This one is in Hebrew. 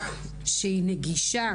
שהיא נגישה